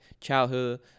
childhood